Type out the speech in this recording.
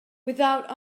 without